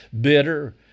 bitter